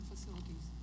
facilities